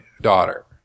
daughter